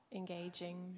engaging